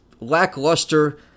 lackluster